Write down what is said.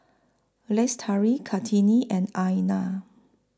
Lestari Kartini and Aina